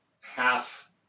half